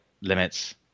limits